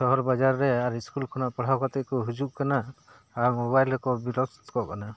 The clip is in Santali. ᱥᱚᱦᱚᱨ ᱵᱟᱡᱟᱨ ᱨᱮ ᱟᱨ ᱥᱠᱩᱞ ᱠᱷᱚᱱᱟᱜ ᱯᱟᱲᱦᱟᱣ ᱠᱟᱛᱮ ᱠᱚ ᱦᱤᱡᱩᱜ ᱠᱟᱱᱟ ᱟᱨ ᱢᱳᱵᱟᱭᱤᱞ ᱨᱮᱠᱚ ᱵᱤᱨᱚᱥᱛᱚᱜ ᱠᱟᱱᱟ